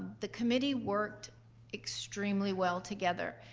the committee worked extremely well together.